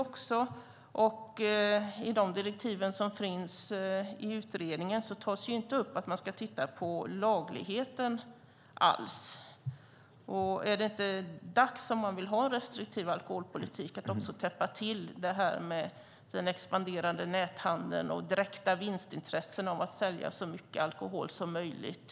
I de direktiv som finns för utredningen tas inte alls upp att man ska titta på lagligheten. Om man vill ha en restriktiv alkoholpolitik är det kanske dags att också täppa till den expanderande näthandeln. Det gäller direkta vinstintressen av att sälja så mycket alkohol som möjligt.